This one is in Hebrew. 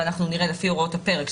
ונראה לפי הוראות הפרק,